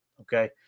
okay